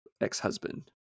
ex-husband